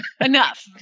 Enough